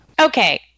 Okay